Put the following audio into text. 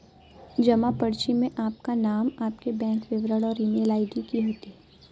जमा पर्ची में आपका नाम, आपके बैंक विवरण और ईमेल आई.डी होती है